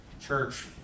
church